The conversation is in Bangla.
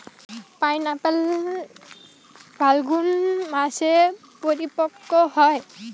পাইনএপ্পল ফাল্গুন মাসে পরিপক্ব হয়